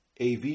AV